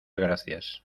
gracias